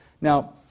Now